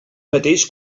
mateix